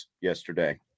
yesterday